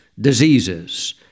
diseases